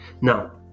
Now